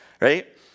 right